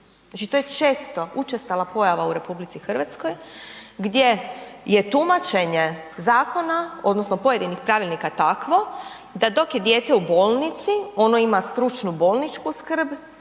Znači to je često, učestala pojava u RH gdje je tumačenje zakona, odnosno pojedinih pravilnika takvo, da dok je dijete u bolnici, ono ima stručnu bolničku skrb